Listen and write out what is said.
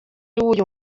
uyu